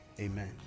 Amen